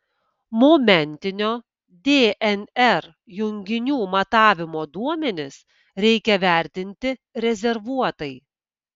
momentinio dnr junginių matavimo duomenis reikia vertinti rezervuotai